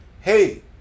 hey